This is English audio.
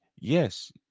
Yes